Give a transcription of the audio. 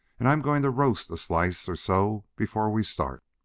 and i am going to roast a slice or so before we start.